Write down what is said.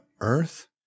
earth